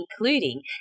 including